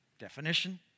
definition